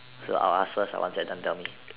so I'll ask first once their done tell me